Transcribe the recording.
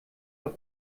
auf